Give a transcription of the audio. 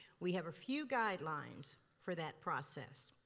we have a few guidelines for that process.